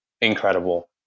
incredible